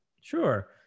Sure